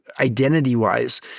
identity-wise